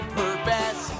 purpose